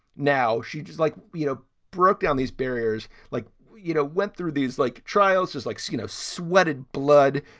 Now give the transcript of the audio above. now she's just like, you know, broke down these barriers, like, you know, went through these, like, trials just like, so you know, sweated blood,